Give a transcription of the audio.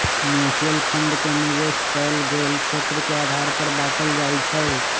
mutual fund के निवेश कएल गेल क्षेत्र के आधार पर बाटल जाइ छइ